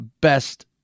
best